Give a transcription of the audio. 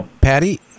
Patty